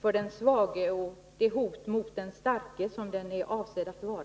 för den svage och det hot mot den starke som den är avsedd att vara.